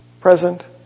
present